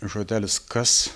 žodelis kas